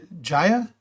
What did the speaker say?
jaya